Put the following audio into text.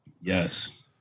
Yes